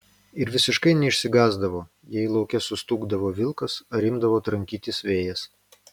ir visiškai neišsigąsdavo jei lauke sustūgdavo vilkas ar imdavo trankytis vėjas